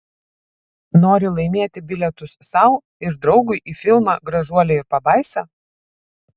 nori laimėti bilietus sau ir draugui į filmą gražuolė ir pabaisa